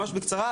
ממש בקצרה,